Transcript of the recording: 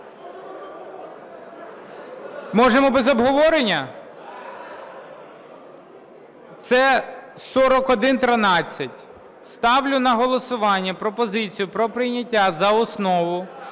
Можемо без обговорення? Це 4113. Ставлю на голосування пропозицію про прийняття за основу